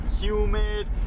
humid